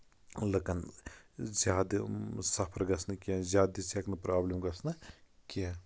لُکن زیادٕ سَفر گژھنہٕ کیٚنٛہہ زیادٕ دِژٕہکھ نہٕ پرابلِم گژھنہٕ کیٚنٛہہ